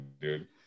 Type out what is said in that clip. dude